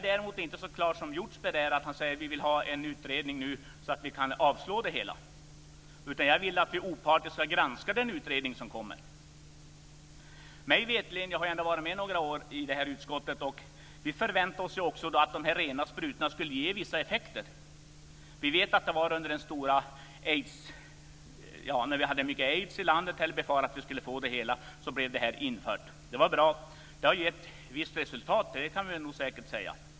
Hjortzberg säger att man vill ha en utredning nu så att man kan avslå detta. Jag vill att vi opartiskt ska granska den utredning som kommer. Jag har varit med några år i det här utskottet. Vi förväntade oss att de här rena sprutorna skulle ge vissa effekter. Det var under den tid då vi hade mycket aids i landet eller befarade att vi skulle få det som detta infördes. Det var bra. Det har gett ett visst resultat. Det kan vi nog säga säkert.